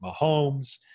Mahomes